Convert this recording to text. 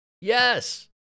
Yes